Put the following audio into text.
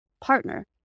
partner